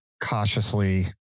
cautiously